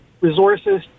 resources